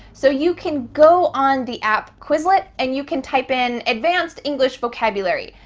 so you can go on the app quizlet, and you can type in advanced english vocabulary,